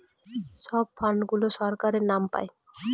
সব ফান্ড গুলো সরকারের নাম পাই